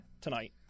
tonight